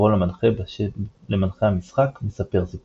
בשיטות אחרות נוהגים לקרוא למנחה המשחק "מספר סיפורים",